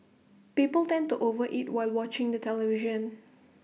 people tend to over eat while watching the television